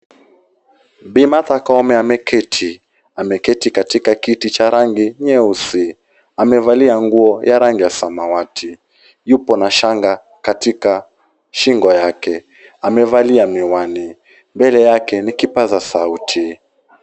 Bi Martha Koome ameketi. Ameketi katika kiti cha rangi nyeusi. Amevalia nguo ya rangi ya samawati. Yupo na shanga katika shingo yake. Amevalia miwani. Mbele yake ni kipaza sauti.